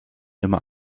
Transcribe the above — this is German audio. immer